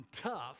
tough